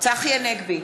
צחי הנגבי,